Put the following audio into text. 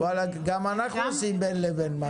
ועלק, גם אנחנו עושים בין לבין משהו.